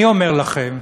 אני אומר לכם,